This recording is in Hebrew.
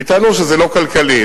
כי טענו שזה לא כלכלי,